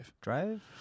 Drive